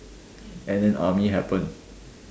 and then army happened